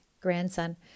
grandson